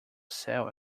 sale